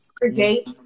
Create